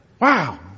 Wow